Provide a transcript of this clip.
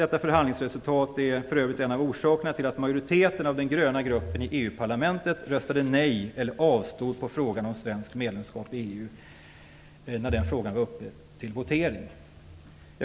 Detta förhandlingsresultat är för övrigt en av orsakerna till att majoriteten av den gröna gruppen i EU-parlamentet röstade nej eller avstod då frågan om svenskt medlemskap i EU var uppe till votering.